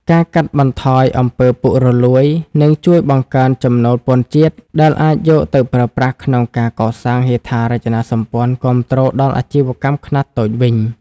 ការកាត់បន្ថយ អំពើពុករលួយ នឹងជួយបង្កើនចំណូលពន្ធជាតិ ដែលអាចយកទៅប្រើប្រាស់ក្នុងការកសាងហេដ្ឋារចនាសម្ព័ន្ធគាំទ្រដល់អាជីវកម្មខ្នាតតូចវិញ។